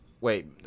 Wait